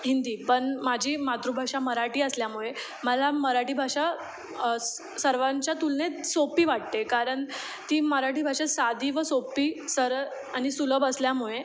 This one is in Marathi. हिंदी पण माझी मातृभाषा मराठी असल्यामुळे मला मराठी भाषा सर्वांच्या तुलनेत सोपी वाटते कारण ती मराठी भाषा साधी व सोपी सरळ आणि सुलभ असल्यामुळे